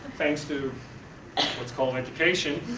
thanks to what's called education.